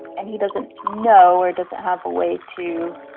and he doesn't know or doesn't have a way to